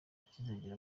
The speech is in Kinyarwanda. icyizere